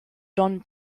donne